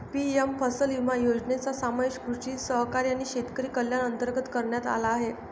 PM Fasal Bima योजनेचा समावेश कृषी सहकारी आणि शेतकरी कल्याण अंतर्गत करण्यात आला आहे